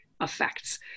effects